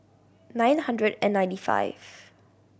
nine hundred and ninety five